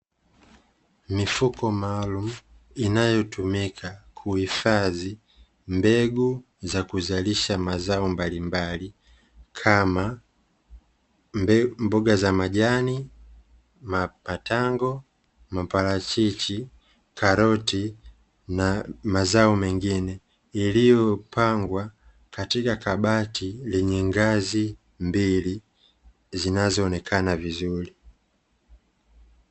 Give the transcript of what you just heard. Mifuko maalumu inayotumika kuhifadhi mbegu za kuzalisha mazao mbalimbali kama: mboga za majani, matango, maparachichi, karoti na mazao mengine; iliyopangwa katika kabati lenye ngazi mbili zinazoonekana vizuri.